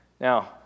Now